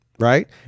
Right